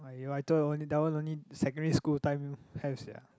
!wah! you writer only that one only secondary school time have sia